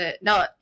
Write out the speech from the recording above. No